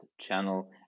channel